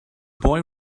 boy